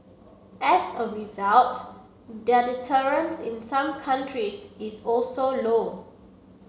as a result their deterrence in some countries is also low